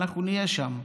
אנחנו נהיה שם,